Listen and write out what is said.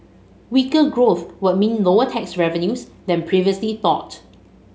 weaker growth would mean lower tax revenues than previously thought